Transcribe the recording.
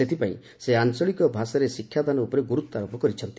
ସେଥିପାଇଁ ସେ ଆଞ୍ଚଳିକ ଭାଷାରେ ଶିକ୍ଷାଦାନ ଉପରେ ଗୁରୁତ୍ୱାରୋପ କରିଛନ୍ତି